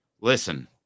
listen